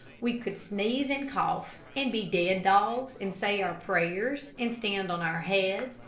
we could sneeze and cough, and be dead dogs, and say our prayers, and stand on our heads,